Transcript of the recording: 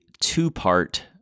two-part